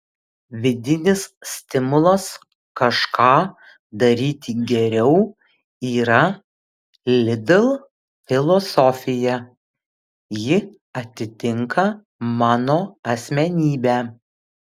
vidinis stimulas kažką daryti geriau yra lidl filosofija ji atitinka mano asmenybę